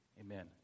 Amen